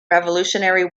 revolutionary